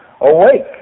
Awake